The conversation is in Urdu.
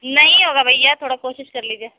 نہیں ہوگا بھیا تھوڑا کوشش کر لیجیے